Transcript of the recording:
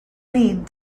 lead